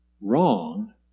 wrong